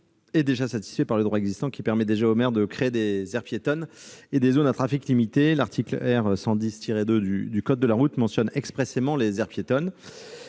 est satisfait par le droit existant, qui permet déjà aux maires de créer des aires piétonnes et des zones à trafic limité. L'article R. 110-2 du code de la route mentionne expressément les aires piétonnes.